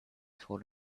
told